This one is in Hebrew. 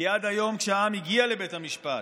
כי עד היום כשהעם הגיע לבית המשפט,